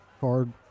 Card